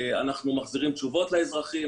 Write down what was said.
אנחנו מחזירים תשובות לאזרחים,